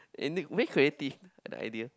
unique very creative the idea